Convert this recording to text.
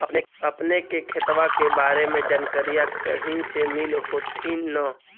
अपने के खेतबा के बारे मे जनकरीया कही से मिल होथिं न?